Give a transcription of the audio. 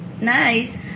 nice